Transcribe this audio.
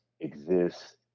exists